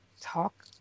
talk